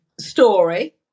story